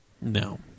No